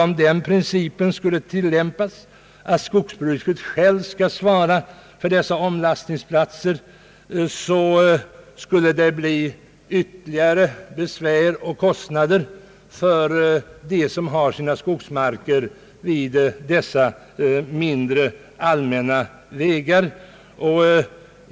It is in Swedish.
Om den principen skulle tillämpas att skogsbruket självt skall svara för anläggande av omlastningsplatser, skulle det uppstå ytterligare besvär och kostnader för dem som har sina skogsmarker vid de mindre, allmänna vägarna.